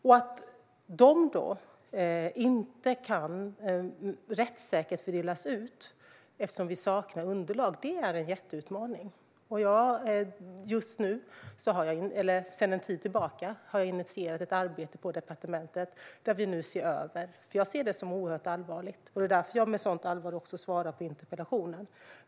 Dessa pengar kan inte rättssäkert fördelas eftersom vi saknar underlag, och det är en jätteutmaning. För en tid sedan initierade jag ett arbete på departementet där vi nu ser över detta, för jag ser det som oerhört allvarligt. Det är också därför jag med sådant allvar svarar på interpellationen.